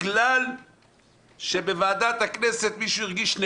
בגלל שבוועדת הכנסת מישהו הרגיש שהוא צריך להיות